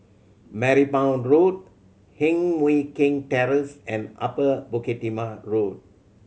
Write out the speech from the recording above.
Marymount Road Heng Mui Keng Terrace and Upper Bukit Timah Road